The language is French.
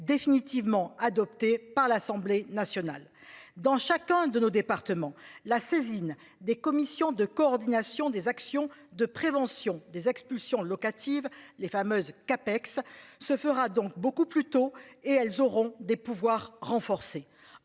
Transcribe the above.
définitivement adoptée par l'Assemblée nationale. Dans chacun de nos départements. La saisine des commissions de coordination des actions de prévention des expulsions locatives, les fameuses CAPEX se fera donc beaucoup plus tôt et elles auront des pouvoirs renforcés